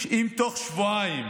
שאם תוך שבועיים